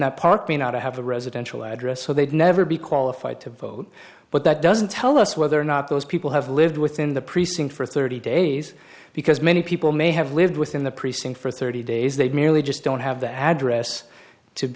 the park may not have a residential address so they'd never be qualified to vote but that doesn't tell us whether or not those people have lived within the precinct for thirty days because many people may have lived within the precinct for thirty days they merely just don't have the address to